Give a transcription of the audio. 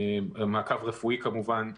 מעקב רפואי כמובן.